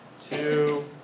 two